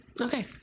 Okay